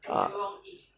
ah